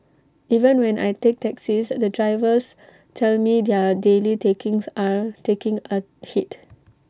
even when I take taxis the drivers tell me their daily takings are taking A hit